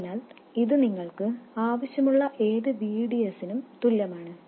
അതിനാൽ ഇത് നിങ്ങൾക്ക് ആവശ്യമുള്ള ഏത് VDS നും തുല്യമാണ്